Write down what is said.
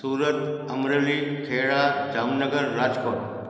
Surat Amreli Kheda Jamnagar Rajkot